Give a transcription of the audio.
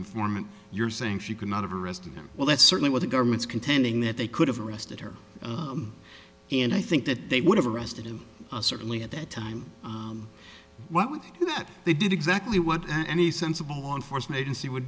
informant you're saying she could not have arrested him well that's certainly what the government's contending that they could have arrested her and i think that they would have arrested him certainly at that time what with that they did exactly what any sensible law enforcement agency would